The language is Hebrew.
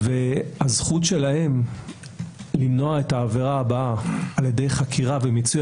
והזכות שלהם למנוע את העבירה הבאה על ידי חקירה ומיצוי